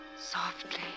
Softly